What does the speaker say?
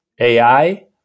AI